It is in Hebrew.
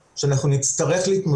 אני דואג מאוד ממצב שאנחנו נצטרך להתמודד